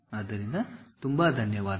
ಆದ್ದರಿಂದ ತುಂಬಾ ಧನ್ಯವಾದಗಳು